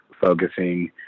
focusing